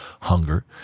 hunger